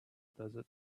desert